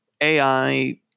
AI